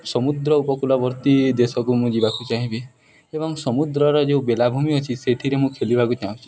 ସମୁଦ୍ର ଉପକୂଳବର୍ତ୍ତୀ ଦେଶକୁ ମୁଁ ଯିବାକୁ ଚାହିଁବି ଏବଂ ସମୁଦ୍ରର ଯେଉଁ ବେଳାଭୂମି ଅଛି ସେଥିରେ ମୁଁ ଖେଳିବାକୁ ଚାହୁଁଛି